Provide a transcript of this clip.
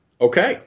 Okay